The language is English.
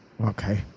Okay